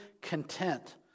content